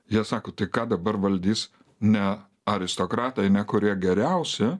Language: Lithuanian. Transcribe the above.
jie sako tai ką dabar valdys ne aristokratai ne kurie geriausi